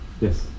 Yes